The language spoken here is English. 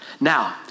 Now